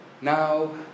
Now